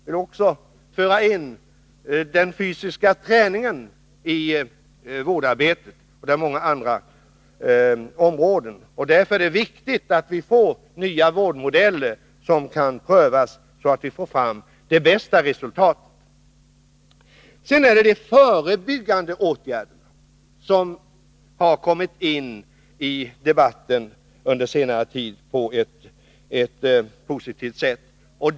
Vi bör föra in den fysiska träningen liksom många andra aktiviteter i vårdarbetet. Därför är det viktigt att få fram nya vårdmodeller som kan prövas, så att vi får fram det bästa resultatet. Frågan om de förebyggande åtgärderna har på senare tid tagits upp i debatten på ett positivt sätt.